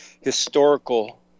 historical